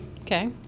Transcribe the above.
Okay